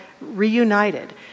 reunited